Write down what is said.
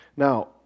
Now